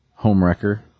homewrecker